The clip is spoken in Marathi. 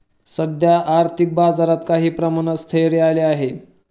सध्या आर्थिक बाजारात काही प्रमाणात स्थैर्य आले आहे